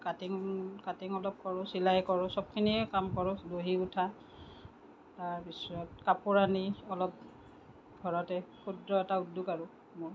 cutting cutting অলপ কৰোঁ চিলাই কৰোঁ চবখিনিয়ে কাম কৰোঁ দহি গুঠা তাৰপিছত কাপোৰ আনি অলপ ঘৰতে ক্ষুদ্ৰ এটা উদ্যোগ আৰু মোৰ